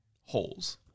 holes